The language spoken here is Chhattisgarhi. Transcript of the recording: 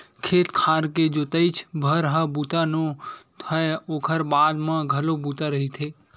खेत खार के जोतइच भर ह बूता नो हय ओखर बाद म घलो बूता रहिथे